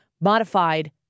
modified